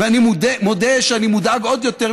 אני מודה שאני מודאג עוד יותר,